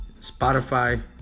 Spotify